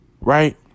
Right